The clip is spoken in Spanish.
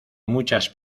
muchas